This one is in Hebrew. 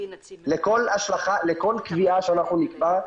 לכל קביעה שאנחנו נקבע,